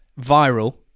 viral